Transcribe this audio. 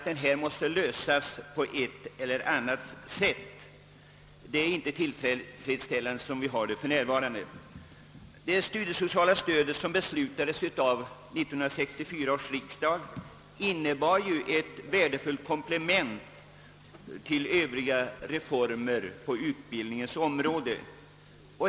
Den måste lösas på ett eller annat sätt, ty de nuvarande förhållandena är inte tillfredsställande. Det studiesociala stöd som beslutades av 1964 års riksdag innebar ett värdefullt komplement till övriga reformer på utbildningens område.